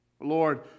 Lord